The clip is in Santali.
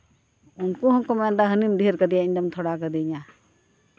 ᱩᱱᱠᱩ ᱦᱚᱸᱠᱚ ᱢᱮᱱᱫᱟ ᱦᱟᱹᱱᱤᱢ ᱰᱷᱮᱨ ᱠᱟᱫᱮᱭᱟ ᱤᱧ ᱫᱚᱢ ᱛᱷᱚᱲᱟ ᱠᱟᱹᱫᱤᱧᱟ